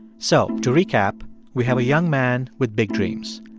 so to recap, we have a young man with big dreams.